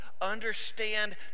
Understand